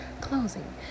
closing